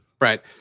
right